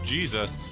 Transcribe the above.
Jesus